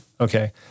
okay